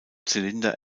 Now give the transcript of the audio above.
zylinder